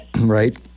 Right